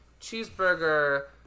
cheeseburger